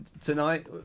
tonight